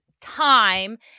time